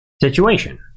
situation